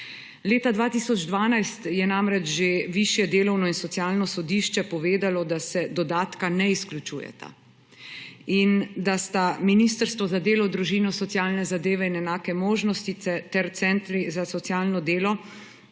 Leta 2012 je namreč že Višje delovno in socialno sodišče povedalo, da se dodatka ne izključujeta in da so Ministrstvo za delo, družino, socialne zadeve in enake možnosti ter centri za socialno delo